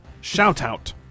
shout-out